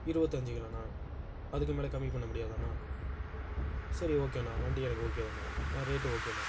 இருபத்தஞ்சிங்களாண்ணா அதுக்கு மேலே கம்மி பண்ண முடியாதாண்ணா சரி ஓகேண்ணா வண்டி எனக்கு ஓகே தாண்ணா ஆ ரேட்டு ஓகேண்ணா